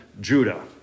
Judah